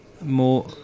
more